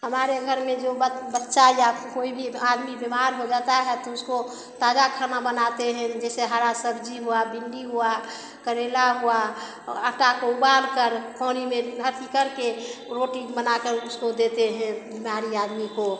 हमारे घर में जो बच्चा या कोई भी आदमी बीमार हो जाता है तो उसको ताज़ा खाना बनाते हैं जैसे हरा सब्ज़ी हुआ भिंडी हुआ करेला हुआ और आटा को उबालकर पानी में अथि करके रोटी बनाकर उसको देते हैं बिमारी आदमी को